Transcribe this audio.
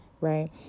right